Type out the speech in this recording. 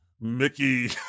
Mickey